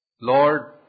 Lord